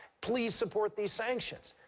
please support these sanctions.